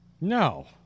No